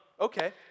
Okay